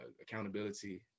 accountability